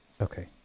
okay